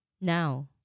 now